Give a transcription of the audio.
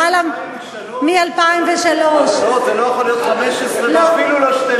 למשל של חברי הכנסת עליזה לביא ואראל מרגלית.